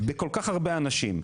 בכל כך הרבה אנשים.